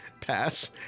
Pass